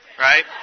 Right